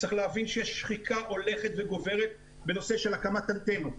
צריך להבין שיש שחיקה הולכת וגוברת בנושא של הקמת אנטנות.